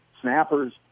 snappers